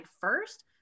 first